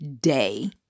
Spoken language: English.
day